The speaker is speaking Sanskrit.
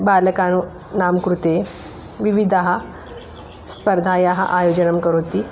बालकानां कृते विविधाः स्पर्धायाः आयोजनं करोति